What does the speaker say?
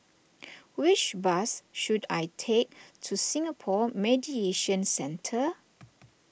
which bus should I take to Singapore Mediation Centre